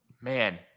Man